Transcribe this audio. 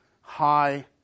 high